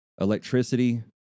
Electricity